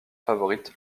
favorite